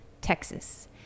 Texas